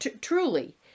truly